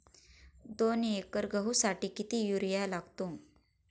दोन एकर गहूसाठी किती युरिया लागतो?